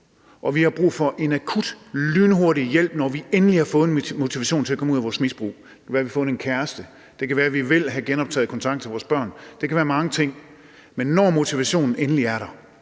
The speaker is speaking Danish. og vi har brug for en akut, lynhurtig hjælp, når vi endelig har fået en motivation til at komme ud af vores misbrug – det kan være, vi har fundet en kæreste; det kan være, at vi vil have genoptaget kontakten til vores børn; det kan være mange ting – og så skal hjælpen være der